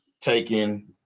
taking